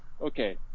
okay